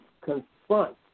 confront